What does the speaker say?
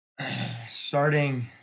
starting